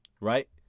right